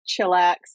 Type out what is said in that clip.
chillax